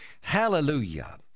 Hallelujah